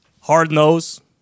Hard-nosed